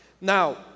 Now